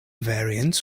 variants